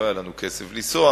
לא היה לנו כסף לנסוע,